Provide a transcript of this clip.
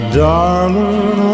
darling